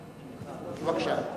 בבקשה,